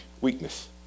weakness